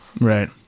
Right